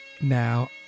now